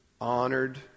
honored